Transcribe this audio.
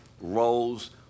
roles